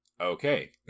Okay